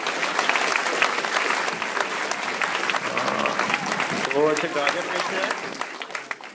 हाँ तो अच्छे गाजर कैसे हैं